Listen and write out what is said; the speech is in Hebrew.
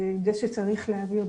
זה שצריך להעביר,